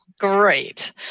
Great